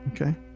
okay